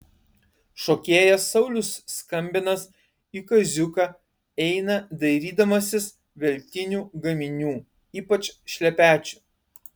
šokėjas saulius skambinas į kaziuką eina dairydamasis veltinių gaminių ypač šlepečių